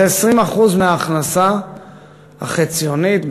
זה 20% מההכנסה החציונית,